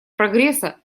прогресса